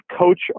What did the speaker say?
coach